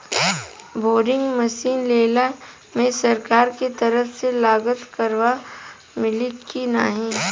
Boring machine लेला मे सरकार के तरफ से लागत कवर मिली की नाही?